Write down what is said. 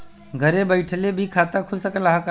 घरे बइठले भी खाता खुल सकत ह का?